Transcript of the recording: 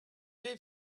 live